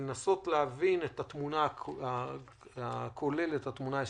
ולנסות להבין את התמונה הכוללת, התמונה האסטרטגית.